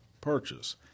purchase